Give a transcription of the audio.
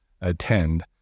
attend